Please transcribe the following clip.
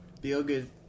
feel-good